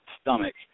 stomach